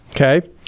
Okay